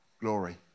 glory